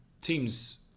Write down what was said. teams